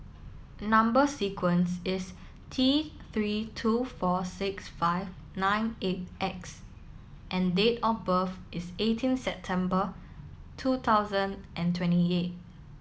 number sequence is T three two four six five nine eight X and date of birth is eighteen September two thousand and twenty eight